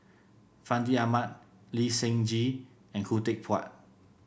Fandi Ahmad Lee Seng Gee and Khoo Teck Puat